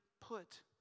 put